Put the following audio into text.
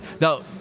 Now